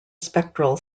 spectral